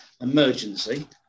emergency